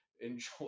enjoy